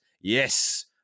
yes